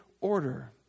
order